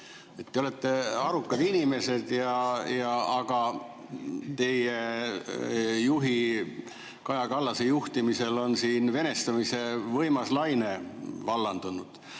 Te olete arukad inimesed, aga teie juhi Kaja Kallase juhtimisel on siin venestamise võimas laine vallandunud.